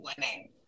winning